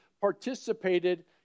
participated